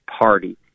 party